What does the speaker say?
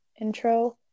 intro